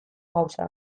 gauza